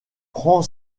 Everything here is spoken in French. prend